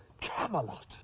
Camelot